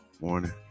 morning